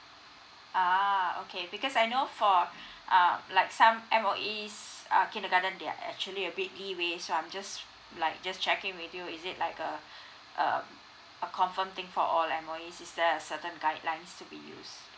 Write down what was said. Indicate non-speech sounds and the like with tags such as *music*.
ah okay because I know for *breath* uh like some M_O_E's uh kindergarten their actually a bit leeway so I'm just like just checking with you is it like a *breath* a a confirm thing for all M_O_E's is there a certain guidelines to be use